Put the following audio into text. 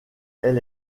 elle